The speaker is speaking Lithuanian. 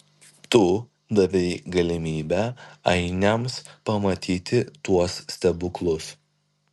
tu davei galimybę ainiams pamatyti tuos stebuklus